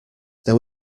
there